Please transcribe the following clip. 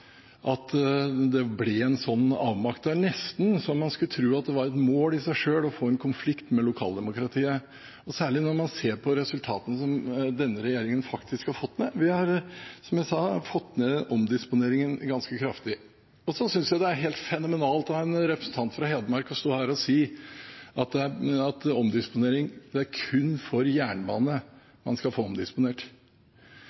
at det ble en sånn avmakt. Det er nesten så man skulle tro det var et mål i seg selv å få en konflikt med lokaldemokratiet – særlig når man ser på resultatene som denne regjeringen faktisk har fått til. Vi har, som jeg sa, fått ned omdisponeringen ganske kraftig. Jeg synes det er helt fenomenalt av en representant fra Hedmark å stå her og si at man kun skal kunne få omdisponert til jernbane. Skal